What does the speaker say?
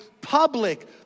public